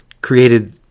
created